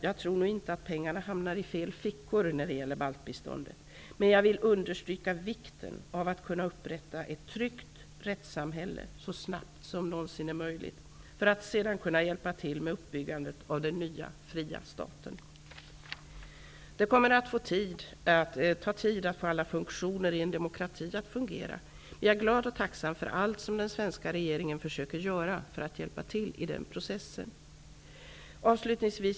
Jag tror nu inte att pengarna hamnar i fel fickor när det gäller baltbiståndet. Men jag vill understryka vikten av att kunna upprätta ett tryggt rättssamhälle så snabbt som någonsin är möjligt för att sedan kunna hjälpa till med uppbyggandet av den nya, fria staten. Det kommer att ta tid att få alla funktioner i en demokrati att fungera, men jag är glad och tacksam för allt som den svenska regeringen försöker göra för att hjälpa till i den processen.